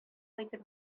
кайтып